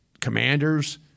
Commanders